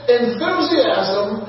enthusiasm